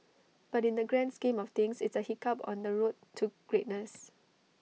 but in the grand scheme of things it's A hiccup on the road to greatness